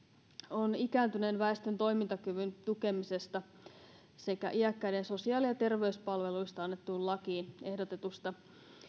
on ikääntyneen väestön toimintakyvyn tukemisesta sekä iäkkäiden sosiaali ja terveyspalveluista annettuun lakiin ehdotetusta